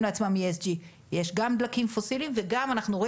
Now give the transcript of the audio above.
לעצמם ESG יש גם דלקים פוסיליים וגם אנחנו רואים